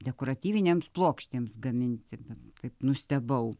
dekoratyvinėms plokštėms gaminti bent taip nustebau